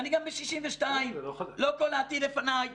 לא כל העתיד לפניי.